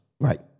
Right